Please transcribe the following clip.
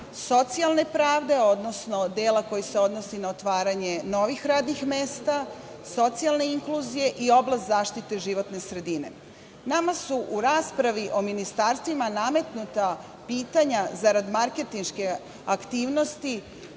socijalne pravde, odnosno dela koji se odnosi na otvaranje novih radnih mesta, socijalne inkluzije i oblast zaštite životne sredine. Nama su u raspravi o ministarstvima nametnuta pitanja, zarad marketinške aktivnosti,